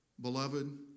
Beloved